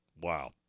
wow